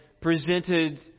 presented